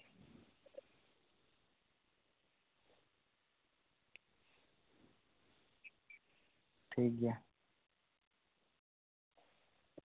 ᱴᱷᱤᱠ ᱜᱮᱭᱟ